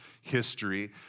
history